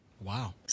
Wow